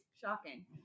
Shocking